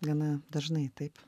gana dažnai taip